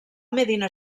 medina